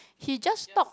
he just talk